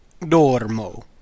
dormo